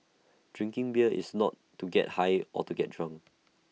drinking beer is not to get high or get drunk